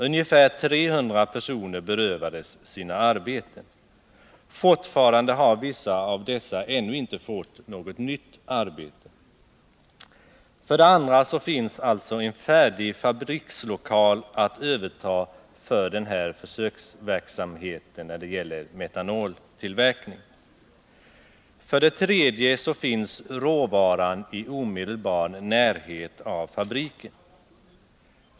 Ungefär 300 personer berövades sina arbeten. Vissa av dessa har ännu inte fått något nytt arbete. För det andra finns alltså en färdig fabrikslokal att överta för försöksverksamhet när det gäller metanoltillverkning. För det tredje finns råvaran i omedelbar närhet av fabriken.